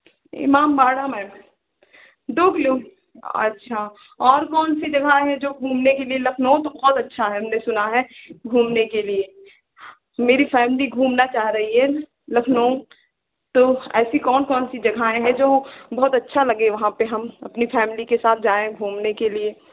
Imambara ma'am दो kilo अच्छा और कौन जगह है जो घूमने के लिए लखनऊ तो बहुत अच्छा है हमने सुना है घूमने के लिए मेरी फॅमिली घूमना चाह रही है लखनऊ तो ऐसी कौन कौन सी जगह हैं जो बहुत अच्छा लगे वहाँ पर हम अपनी फॅमिली के साथ जाएँ घूमने के लिए